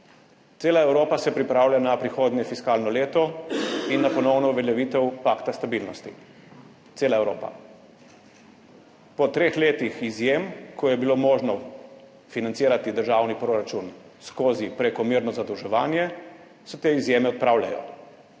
Cela Evropa se pripravlja na prihodnje fiskalno leto in na ponovno uveljavitev pakta stabilnosti, cela Evropa. Po treh letih izjem, ko je bilo možno financirati državni proračun skozi prekomerno zadolževanje, se te izjeme odpravljajo.